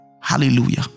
Hallelujah